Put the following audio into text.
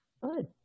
Good